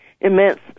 immense